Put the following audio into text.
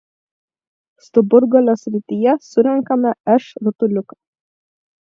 stuburgalio srityje surenkame š rutuliuką